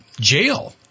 jail